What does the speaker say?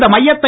இந்த மையத்தை